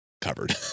covered